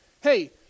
Hey